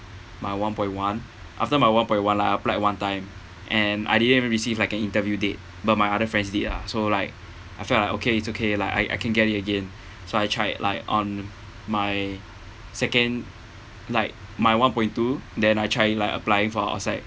my one point one after my one point one lah I applied one time and I didn't even receive like an interview date but my other friends did ah so like I feel like okay it's okay like I I can get it again so I tried like on my second like my one point two then I tried it like applying for outside